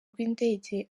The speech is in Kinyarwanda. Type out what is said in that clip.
rw’indege